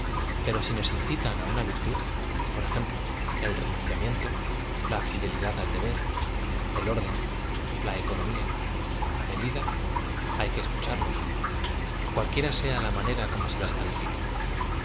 pero ai nos incitan á una virtud por ejemplo el renuncíamiecco la fidelidad al deber el orden la economia la medida hay que eacucharlos cualquie r a sea la manera como se las califique